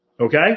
Okay